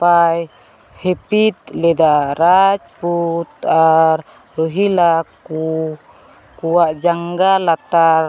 ᱯᱟᱭ ᱦᱟᱹᱯᱤᱫ ᱞᱮᱫᱟ ᱨᱟᱡᱽ ᱯᱩᱛ ᱟᱨ ᱨᱳᱦᱤᱞᱞᱟ ᱠᱚᱣ ᱡᱟᱝᱜᱟ ᱞᱟᱛᱟᱨ